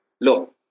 Look